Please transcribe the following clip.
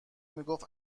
میگفت